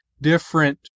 different